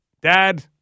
Dad